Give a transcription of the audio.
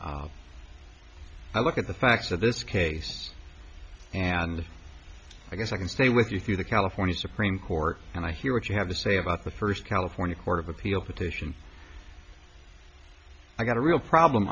i look at the facts of this case and i guess i can stay with you through the california supreme court and i hear what you have to say about the first california court of appeal petition i got a real problem